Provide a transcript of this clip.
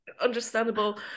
understandable